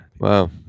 Wow